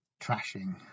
trashing